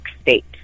state